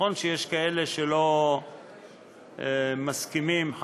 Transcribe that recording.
נכון שיש כאלה שלא מסכימים חיים,